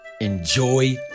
Enjoy